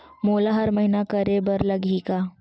मोला हर महीना करे बर लगही का?